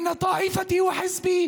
ההשמדה הדהדה בראשי כל העת שאלה אחת יחידה: